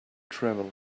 travel